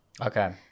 Okay